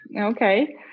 okay